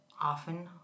often